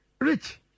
Rich